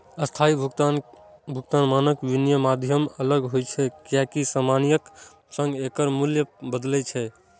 स्थगित भुगतान मानक विनमय माध्यम सं अलग होइ छै, कियैकि समयक संग एकर मूल्य बदलै छै